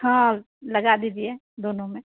हाँ लगा दीजिए दोनों में